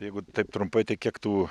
jeigu taip trumpai tai kiek tų